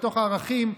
מתוך ערכים.